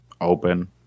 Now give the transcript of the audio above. open